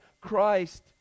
Christ